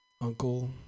uncle